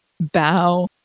bow